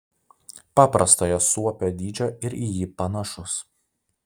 paprastojo suopio dydžio ir į jį panašus